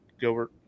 Gilbert